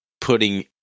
putting